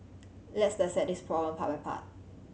let's dissect this problem part by part